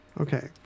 Okay